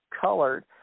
colored